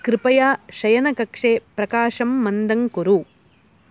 कृपया शयनकक्षे प्रकाशं मन्दं कुरु